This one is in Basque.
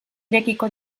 irekiko